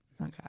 Okay